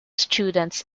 students